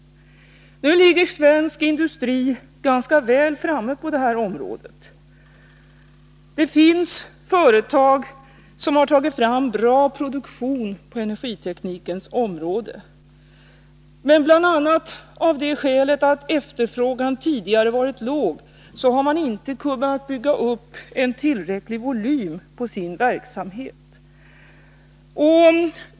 Nu ligger svensk industri ganska väl framme på det här området. Det finns företag som har tagit fram bra produkter på energiteknikens område. Men bl.a. av det skälet att efterfrågan tidigare varit låg har man inte kunnat bygga upp tillräcklig volym på sin verksamhet.